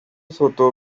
soto